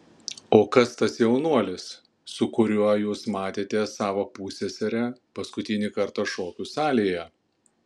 o kas tas jaunuolis su kuriuo jūs matėte savo pusseserę paskutinį kartą šokių salėje